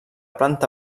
planta